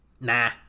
Nah